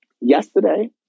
Yesterday